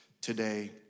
today